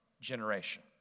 generation